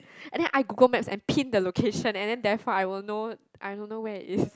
and then I Google maps and pin the location and then therefore I will know I will know where it is